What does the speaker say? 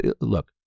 Look